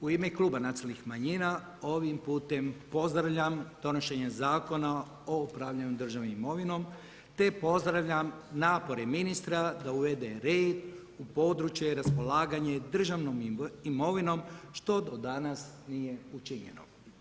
U ime Kluba nacionalnih manjina, ovih putem pozdravljam donošenje Zakona o upravljanju državnom imovinom te pozdravljam napore ministra da uvede red u područje raspolaganja državnom imovinom što do danas nije učinjeno.